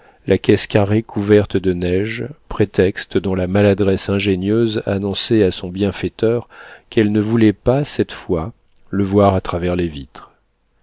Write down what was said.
la caisse carrée couverte de neige prétexte dont la maladresse ingénieuse annonçait à son bienfaiteur qu'elle ne voulait pas cette fois le voir à travers les vitres